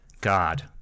God